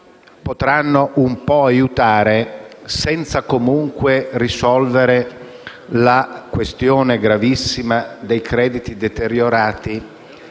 potranno un po' aiutare senza comunque risolvere la questione gravissima dei crediti deteriorati